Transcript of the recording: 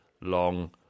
long